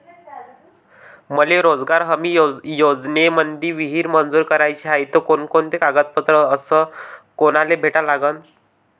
मले रोजगार हमी योजनेमंदी विहीर मंजूर कराची हाये त कोनकोनते कागदपत्र अस कोनाले भेटा लागन?